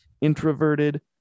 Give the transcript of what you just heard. introverted